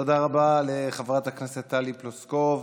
תודה רבה לחברת הכנסת טלי פלוסקוב.